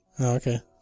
Okay